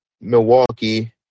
Milwaukee